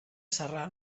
sarral